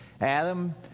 Adam